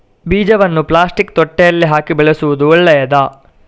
ಬೀಜವನ್ನು ಪ್ಲಾಸ್ಟಿಕ್ ತೊಟ್ಟೆಯಲ್ಲಿ ಹಾಕಿ ಬೆಳೆಸುವುದು ಒಳ್ಳೆಯದಾ?